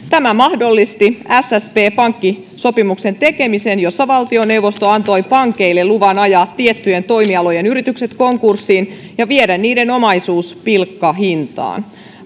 tämä mahdollisti ssp pankkisopimuksen tekemisen jossa valtioneuvosto antoi pankeille luvan ajaa tiettyjen toimialojen yrityksiä konkurssiin ja viedä niiden omaisuus pilkkahintaan